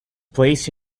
placed